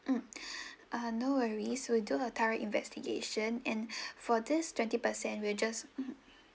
mm ah no worries we will do a thorough investigation and for this twenty percent we will just mmhmm